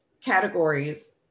categories